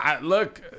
Look